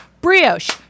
Brioche